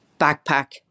backpack